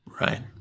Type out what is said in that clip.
right